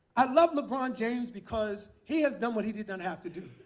i love lebron james because he has done what he didn't have to do.